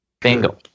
Bingo